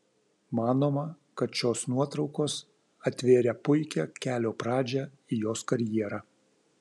manoma kad šios nuotraukos atvėrė puikią kelio pradžią į jos karjerą